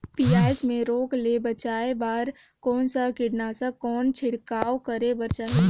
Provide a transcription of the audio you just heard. पियाज मे रोग ले बचाय बार कौन सा कीटनाशक कौन छिड़काव करे बर चाही?